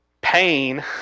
pain